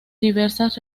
diversas